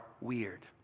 weird